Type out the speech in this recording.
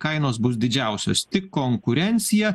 kainos bus didžiausios tik konkurencija